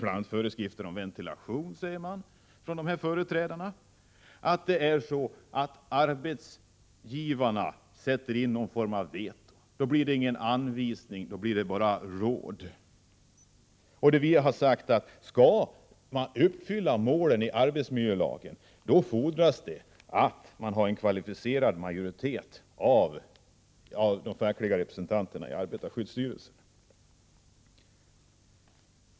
Beträffande föreskrifter om ventilation säger arbetstagarföreträdarna att arbetsgivarna sätter in en form av veto, som leder till att det i stället för anvisningar endast utarbetas råd på området. Vi har uttalat att det för uppfyllande av arbetsmiljölagens mål fordras en kvalificerad majoritet av fackliga representanter i arbetarskyddsstyrelsen.